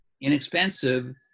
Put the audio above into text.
inexpensive